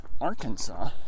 Arkansas